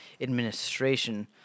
administration